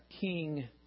king